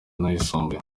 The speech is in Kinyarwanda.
n’ayisumbuye